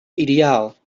ideaal